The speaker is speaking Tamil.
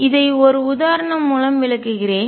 இதை ஒரு உதாரணம் மூலம் விளக்குகிறேன்